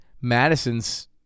Madison's